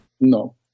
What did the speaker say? No